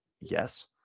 yes